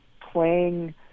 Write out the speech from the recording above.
playing